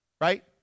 right